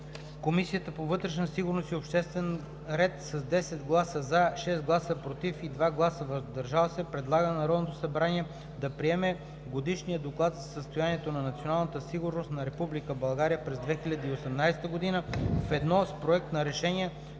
Комисията по вътрешна сигурност и обществен ред с 10 гласа „за“, 6 гласа „против“ и 2 гласа „въздържал се“ предлага на Народното събрание да приеме Годишния доклад за състоянието на националната сигурност на Република България през 2018 г., ведно с Проект на решение